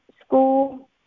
school